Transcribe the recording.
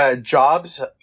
jobs